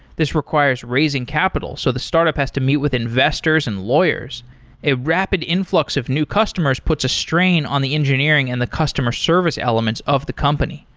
this requires raising capital, so the startup has to meet with investors and lawyers a rapid influx of new customers puts a strain on the engineering and the customer service elements of the company.